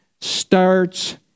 starts